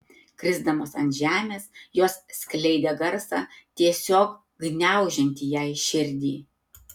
krisdamos ant žemės jos skleidė garsą tiesiog gniaužiantį jai širdį